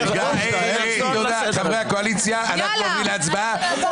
חברי הקואליציה, אנחנו עוברים להצבעה.